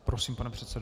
Prosím, pane předsedo.